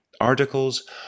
articles